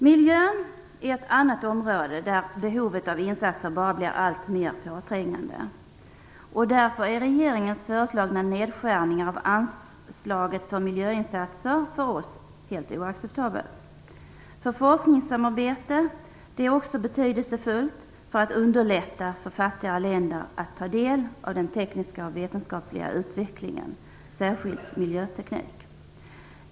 Miljön är ett annat område där behovet av insatser blir alltmer påträngande. Därför är regeringens föreslagna nedskärning av anslaget till miljöinsatser för oss helt oacceptabelt. Forskningssamarbete är också betydelsefullt för att underlätta för fattiga länder att ta del av den tekniska och vetenskapliga utvecklingen, särskilt miljöteknik.